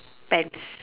pants